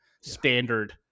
standard